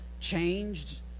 changed